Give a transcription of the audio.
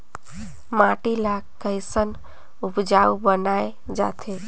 माटी ला कैसन उपजाऊ बनाय जाथे?